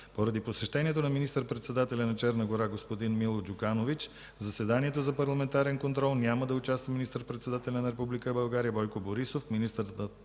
Поради посещението на министър-председателя на Черна гора, господин Мило Джуканович, в заседанието за парламентарен контрол няма да участват министър-председателят на Република България Бойко Борисов, министърът